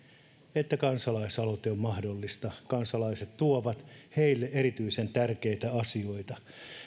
että kansalaisaloite on mahdollista kansalaiset tuovat heille erityisen tärkeitä asioita